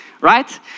right